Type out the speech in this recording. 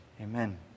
Amen